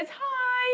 hi